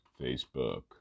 Facebook